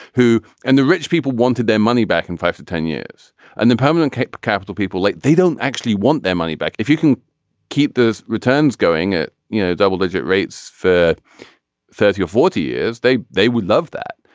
who and the rich people wanted their money back in five to ten years and the permanent kapor capital people like they don't actually want their money back. if you can keep the returns going at you know double digit rates for thirty or forty years they they would love that.